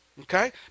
okay